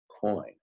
coin